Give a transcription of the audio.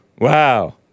Wow